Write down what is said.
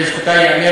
לזכותה ייאמר,